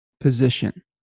position